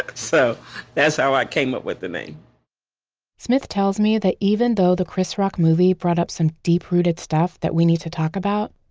so that's how i came up with the name smith tells me that even though the chris rock movie brought up some deep-rooted stuff that we need to talk about,